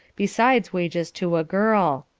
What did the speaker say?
besides wages to a girl.